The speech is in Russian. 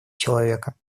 человека